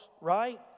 right